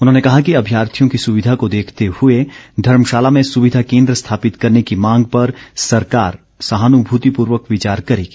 उन्होंने कहा कि अभ्यार्थियों की सुविधा को देखते हुए धर्मशाला में सुविधा कोन्द्र स्थापित करने की मांग पर सरकार सहानुभूतिपूर्वक विचार करेगी